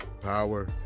power